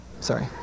sorry